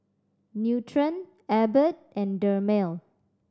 Nutren Abbott and Dermale